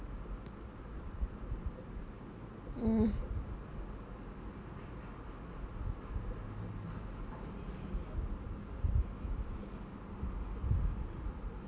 mm